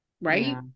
right